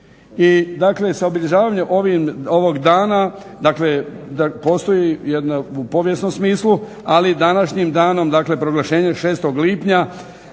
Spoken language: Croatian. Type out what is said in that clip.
Dakle, s obilježavanjem ovog dana, dakle postoji jedna u povijesnom smislu, ali današnjim danom, dakle proglašenje 6. Lipnja,